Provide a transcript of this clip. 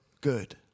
good